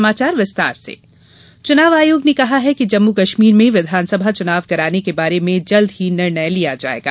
समाचार विस्तार से चुनाव आयोग जम्मूकश्मीर चुनाव आयोग ने कहा है कि जम्मू कश्मीर में विधानासभा चुनाव कराने के बारे में जल्द ही निर्णय लिया जाएगा